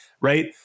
right